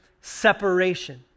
separation